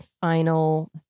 final